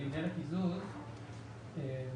בעל הרישיון או שהוא מקוזז מתשלום האגרה